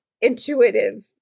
intuitive